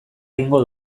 egingo